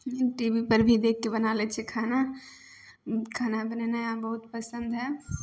T V पर भी देखिके बना लै छिए खाना खाना बनेनाइ हमरा बहुत पसन्द हइ